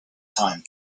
time